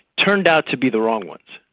turned out to be the wrong ones,